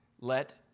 let